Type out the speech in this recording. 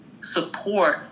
support